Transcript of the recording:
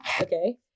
okay